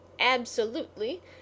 Absolutely